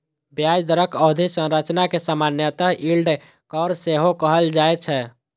ब्याज दरक अवधि संरचना कें सामान्यतः यील्ड कर्व सेहो कहल जाए छै